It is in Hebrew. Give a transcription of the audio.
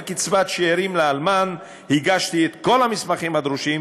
קצבת שאירים לאלמן הגשתי כל המסמכים הדרושים,